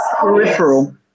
peripheral